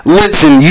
listen